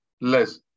less